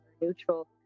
neutral